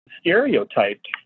stereotyped